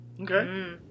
okay